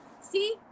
See